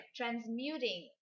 transmuting